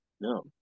No